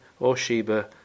Orsheba